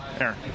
Aaron